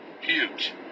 Huge